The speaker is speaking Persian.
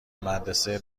مدرسه